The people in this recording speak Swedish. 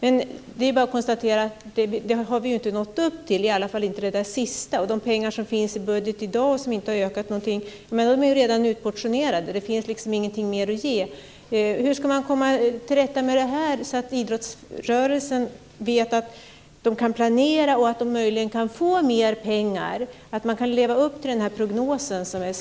Vi kan bara konstatera att vi inte har nått upp till detta, i alla fall inte det sista. De pengar som finns i budgeten i dag har inte ökat någonting, och de är redan utportionerade. Det finns liksom ingenting mer att ge. Hur ska man komma till rätta med detta så att idrottsrörelsen kan planera och möjligen få mer pengar? Hur ska man kunna leva upp till den här prognosen?